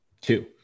two